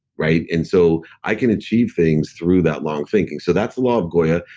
right? and so i can achieve things through that long thinking. so that's love going in.